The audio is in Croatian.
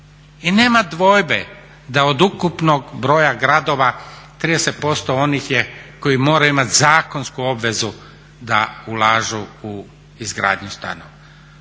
I nema dvojbe da od ukupnog broja gradova 30% onih je koji moraju imati zakonsku obvezu da ulažu u izgradnju stanova.